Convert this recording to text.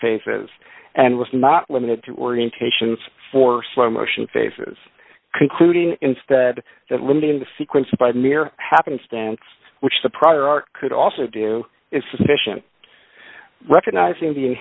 phases and was not limited to orientations for slow motion faces concluding instead that limiting the sequence by mere happenstance which the prior art could also do is sufficient recognizing the